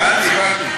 הבנתי, הבנתי.